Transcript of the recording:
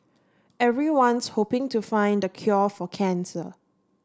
everyone's hoping to find the cure for cancer